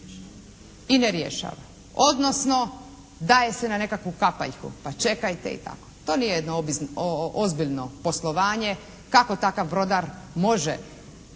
i ne rješava odnosno daje se na nekakvu kapaljku. Pa čekajte itd. To nije jedno ozbiljno poslovanje. Kako takav brodar može